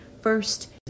first